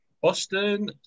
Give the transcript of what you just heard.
Boston